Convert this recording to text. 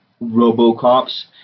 robo-cops